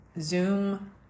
Zoom